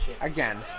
again